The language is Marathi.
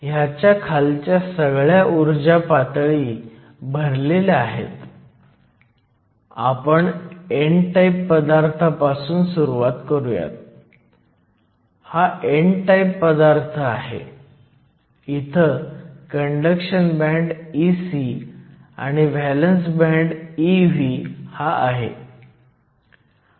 भाग 2 मध्ये आपल्याला एकूण डिप्लीशन रुंदीची गणना करायची आहे मला म्हणू द्या की W ही एकूण डिप्लीशन रुंदी आहे म्हणून डिप्लीशन रुंदी पुन्हा तयार होते कारण तुमच्याकडे जंक्शनमध्ये इलेक्ट्रॉन आणि होल्स आहेत आणि ते पुन्हा एकत्र होत आहेत